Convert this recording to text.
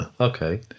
Okay